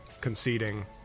conceding